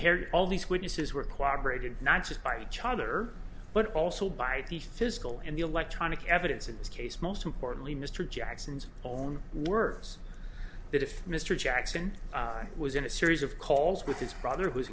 hair all these witnesses were cooperated not just by each other but also by the physical and the electronic evidence in this case most importantly mr jackson's own words that if mr jackson was in a series of calls with his brother who